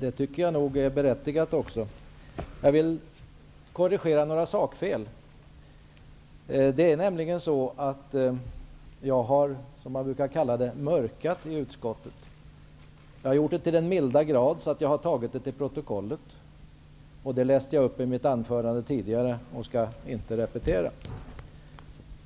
det tycker jag också var berättigat. Jag vill korrigera några sakfel. Det är nämligen så att jag i utskottet har mörkat, som man brukar kalla det. Det har jag gjort till den milda grad att jag har låtit ta det till protokollet. Det läste jag upp i mitt tidigare anförande, och det skall jag inte repetera.